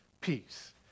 peace